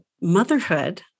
motherhood